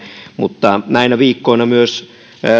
mutta näinä viikkoina